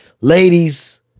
Ladies